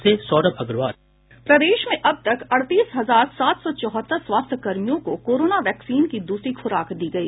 प्रदेश में अब तक अड़तीस हजार सात सौ चौहत्तर स्वास्थ्यकर्मियों को कोरोना वैक्सीन की दूसरी खुराक दी गई